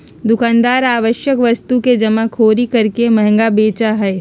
दुकानदार आवश्यक वस्तु के जमाखोरी करके महंगा बेचा हई